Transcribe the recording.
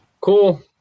cool